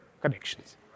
connections